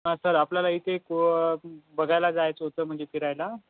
हां सर आपल्याला येथे एक व अ बघायला जायचं होतं म्हणजे फिरायला